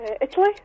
Italy